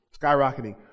skyrocketing